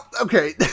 okay